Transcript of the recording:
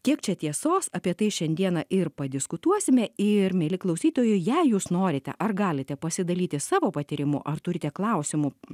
kiek čia tiesos apie tai šiandieną ir padiskutuosime ir mieli klausytojai jei jūs norite ar galite pasidalyti savo patyrimu ar turite klausimų